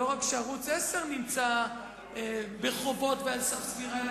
לא רק שערוץ-10 נמצא בחובות ועל סף סגירה,